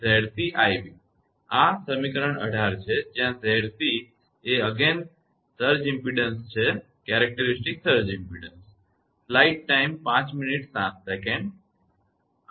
આ સમીકરણ 18 છે જ્યાં 𝑍𝑐 એ લાઇનનો સર્જ અથવા લાક્ષણિક ઇમપેડન્સ છે